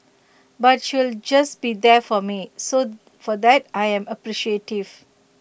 but she'll just be there for me so for that I am appreciative